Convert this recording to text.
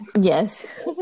yes